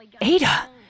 Ada